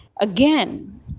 again